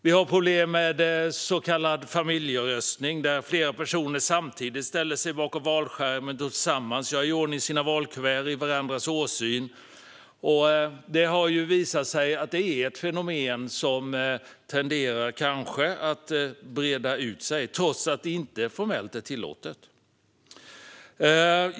Vi har problem med så kallad familjeröstning, då flera personer ställer sig bakom valskärmen och tillsammans gör i ordning sina valkuvert i varandras åsyn. Det har visat sig att det är ett fenomen som tenderar att breda ut sig, trots att det inte formellt är tillåtet.